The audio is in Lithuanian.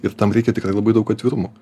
ir tam reikia tikrai labai daug atvirumo